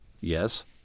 Yes